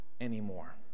anymore